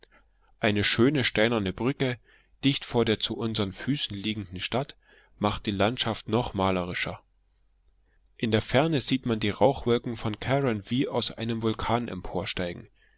eine schöne steinerne brücke dicht vor der zu unseren füßen liegenden stadt macht die landschaft noch malerischer in der ferne sieht man die rauchwolken von carron wie aus einem vulkan emporsteigen